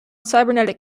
cybernetic